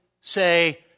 say